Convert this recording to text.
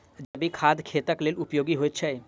जैविक खाद खेतक लेल उपयोगी होइत छै